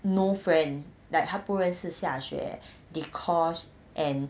no friend like 他不认识 xia xue dee kosh and